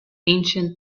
ancient